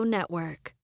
Network